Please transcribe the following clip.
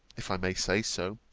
if i may say so,